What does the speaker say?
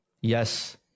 yes